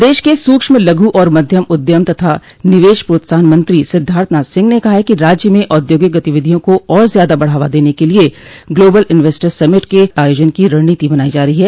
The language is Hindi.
प्रदेश के सूक्ष्म लघु और मध्यम उद्यम तथा निवेश प्रोत्साहन मंत्री सिद्धार्थ नाथ सिंह ने कहा है कि राज्य में औद्योगिक गतिविधियों को और ज़्यादा बढ़ावा देने के लिये ग्लोबल इंवेस्टर्स समिट के आयोजन की रणनीति बनाई जा रहो है